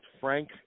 Frank